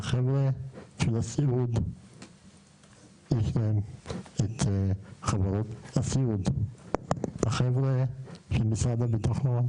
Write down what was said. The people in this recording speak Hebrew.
לחבר'ה של הסיעוד יש את חברות הסיעוד; לחבר'ה של משרד הביטחון,